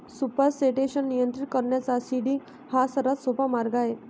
supersaturation नियंत्रित करण्याचा seeding हा सर्वात सोपा मार्ग आहे